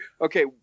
okay